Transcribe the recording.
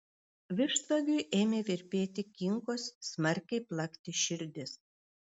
vištvagiui ėmė virpėti kinkos smarkiai plakti širdis